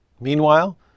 Meanwhile